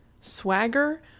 swagger